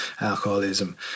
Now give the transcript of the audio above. alcoholism